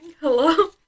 Hello